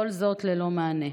וכל זאת, ללא מענה.